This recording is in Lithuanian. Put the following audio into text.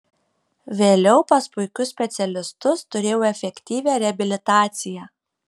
vėliau pas puikius specialistus turėjau efektyvią reabilitaciją